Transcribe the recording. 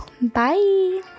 Bye